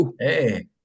Hey